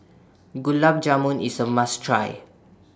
Gulab Jamun IS A must Try